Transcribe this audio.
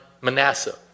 manasseh